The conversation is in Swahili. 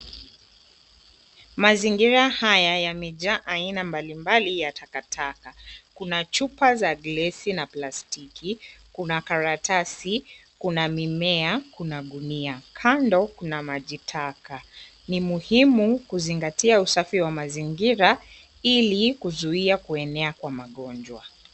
Mazingira haya yamejaa aina mbalimbali ya takataka. Kuna chupa za glesi na plastiki, kuna karatasi, kuna mimea, kuna gunia, kando kuna maji taka. Ni mzuri kuzingatia usafi wa mazingira ili kuzuia kuenea kwa magonjwa.